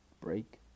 break